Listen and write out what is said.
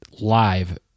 live